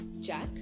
Jack